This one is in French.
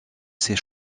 ces